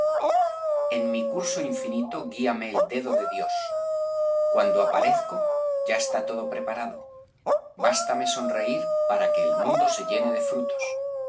en mi curso infinito guíame el dedo de dios cuando aparezco ya está todo preparado bástame sonreír para que el mundo se llene de frutos